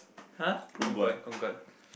!huh! Kong-Guan Kong-Guan